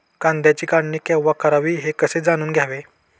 कांद्याची काढणी केव्हा करावी हे कसे जाणून घ्यावे?